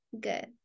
Good